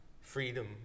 freedom